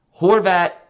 horvat